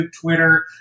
Twitter